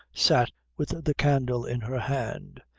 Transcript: sat with the candle in her hand,